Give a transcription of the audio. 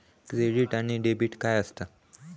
Credit आणि debit काय असता?